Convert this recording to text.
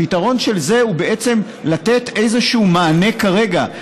הפתרון של זה הוא לתת איזשהו מענה כרגע.